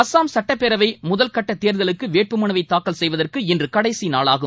அசாம் சட்டப்பேரவை முதல் கட்ட தேர்தலுக்கு வேட்புமனுவை தாக்கல் செய்வதற்கு இன்று கடைசி நாளாகும்